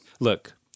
Look